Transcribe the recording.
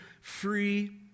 free